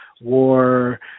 war